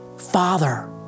Father